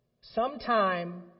Sometime